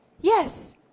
yes